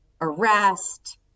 arrest